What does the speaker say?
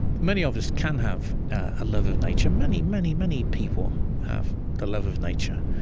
many of us can have a love of nature. many, many, many people have the love of nature.